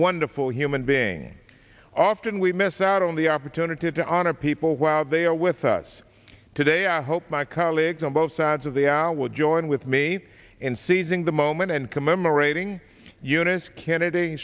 wonderful human being often we miss out on the opportunity to honor people while they are with us today i hope my colleagues on both sides of the hour will join with me in seizing the moment and commemorating eunice kennedy